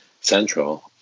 Central